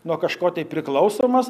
nuo kažko tai priklausomas